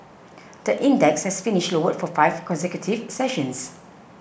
the index has finished lower for five consecutive sessions